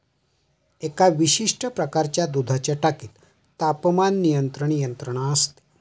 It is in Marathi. एका विशिष्ट प्रकारच्या दुधाच्या टाकीत तापमान नियंत्रण यंत्रणा असते